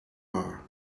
are